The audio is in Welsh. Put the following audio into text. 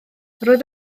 roedd